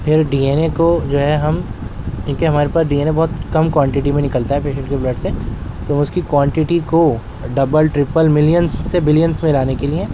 پھر D N A کو جو ہے ہم ان کے ہمارے پاس ڈی این اے بہت کم کوانٹیٹی میں نکلتا ہے پیٹنٹ بلڈ سے تو اس کی کوانٹیٹی کو ڈبل ٹریپل ملینس سے بلینس میں لانے کے لئے